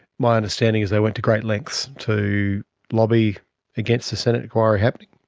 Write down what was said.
my understanding is they went to great lengths to lobby against the senate inquiry happening.